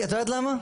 את יודעת למה?